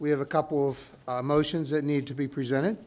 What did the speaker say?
we have a couple of motions that need to be presented